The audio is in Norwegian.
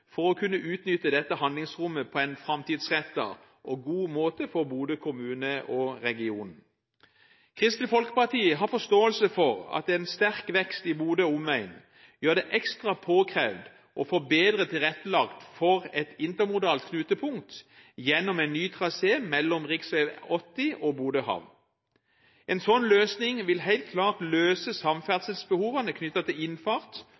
å kunne utnytte dette handlingsrommet på en framtidsrettet og god måte for Bodø kommune og regionen. Kristelig Folkeparti har forståelse for at en sterk vekst i Bodø og omegnen gjør det ekstra påkrevd å få bedre tilrettelagt for et intermodalt knutepunkt gjennom en ny trasé mellom rv. 80 og Bodø havn. En slik løsning vil helt klart løse samferdselsbehovene knyttet til innfart